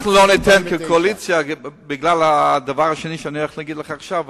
אנחנו לא ניתן כקואליציה בגלל הדבר השני שאני הולך להגיד לך עכשיו,